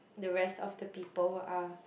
the rest of the people are